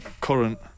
current